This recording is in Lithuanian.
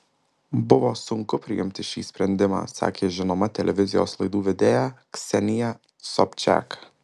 buvo sunku priimti šį sprendimą sakė žinoma televizijos laidų vedėja ksenija sobčiak